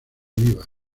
vivas